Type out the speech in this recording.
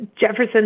Jefferson